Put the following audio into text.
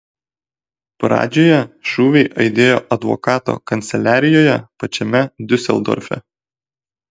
pradžioje šūviai aidėjo advokato kanceliarijoje pačiame diuseldorfe